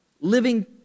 living